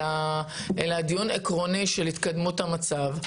אלא דיון עקרוני של התקדמות המצב,